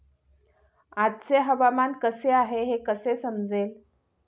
आजचे हवामान कसे आहे हे कसे समजेल?